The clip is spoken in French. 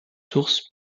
sources